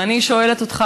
ואני שואלת אותך,